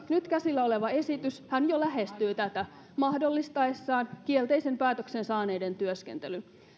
nyt käsillä oleva esityshän jo lähestyy tätä mahdollistaessaan kielteisen päätöksen saaneiden työskentelyn